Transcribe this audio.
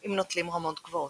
אם נוטלים רמות גבוהות.